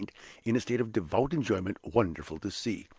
in a state of devout enjoyment wonderful to see!